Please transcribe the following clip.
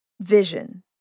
Vision